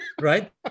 right